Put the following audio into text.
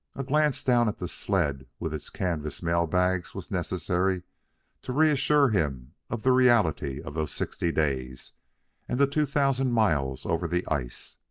a glance down at the sled with its canvas mail-bags was necessary to reassure him of the reality of those sixty days and the two thousand miles over the ice.